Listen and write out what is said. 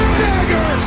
dagger